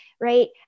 right